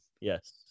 Yes